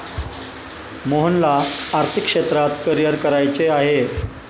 मोहनला आर्थिक क्षेत्रात करिअर करायचे आहे